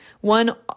One